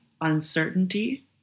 uncertainty